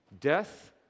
death